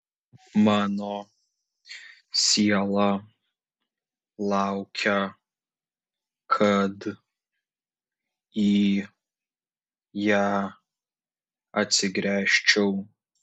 mano siela laukia kad į ją atsigręžčiau